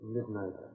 Midnight